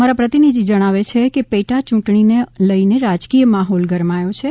અમારા પ્રતિનિધિ જણાવે છે પેટા યૂંટણીને લઈ રાજકીય માહોલ ગરમાયો છે